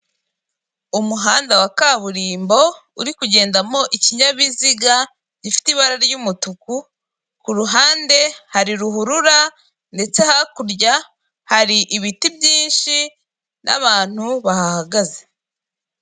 Umuhanda wa kaburimbo uri kugendamo ikinyabiziga gifite ibara ry'umutuku ku ruhande hari ruhurura ndetse hakurya hari ibiti byinshi n'abantu bahagaze.